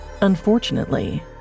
Unfortunately